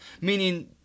Meaning